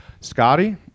Scotty